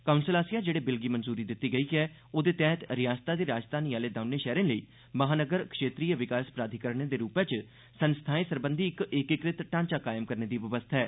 council आसेआ जेहड़े बिल गी मंजूरी दिती गेई ऐ ओहदे तैहत रिआसता दे राजधानी आहले दौनें शैहरें लेई महानगर क्षेत्रीय विकास प्राधिकरणें दे रूपै च संस्थाएं सरबंधी इक एकीकृत ढांचा कायम करने दी बवस्था ऐ